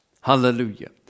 Hallelujah